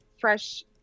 fresh